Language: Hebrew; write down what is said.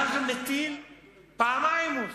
ואז, פעמיים הוא עושה,